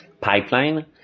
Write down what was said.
pipeline